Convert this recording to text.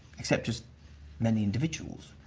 except just many individuals?